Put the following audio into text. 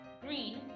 Green